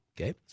Okay